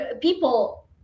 people